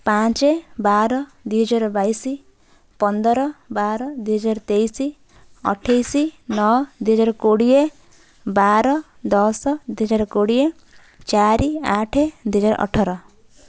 ପାଞ୍ଚ ବାର ଦୁଇ ହଜାର ବାଇଶ ପନ୍ଦର ବାର ଦୁଇ ହଜାର ତେଇଶ ଅଠେଇଶ ନ ଦୁଇ ହଜାର କୋଡ଼ିଏ ବାର ଦଶ ଦୁଇ ହଜାର କୋଡ଼ିଏ ଚାରି ଆଠ ଦୁଇ ହଜାର ଅଠର